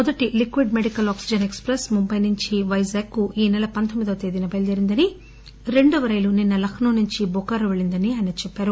మొదటి liquid medical oxygen express Mumbai నుంచి పైజాగ్కు ఈ సెల తొమ్మిదో తేదీన బయలుదేరిందని రెండవ రైలు నిన్న లక్నో నుంచి బొకారో పెల్లిందని ఆయన చెప్పారు